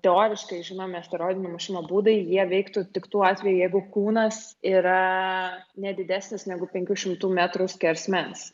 teoriškai žinomi asteroidų numušimo būdai jie veiktų tik tuo atveju jeigu kūnas yra ne didesnis negu penkų šimtų metrų skersmens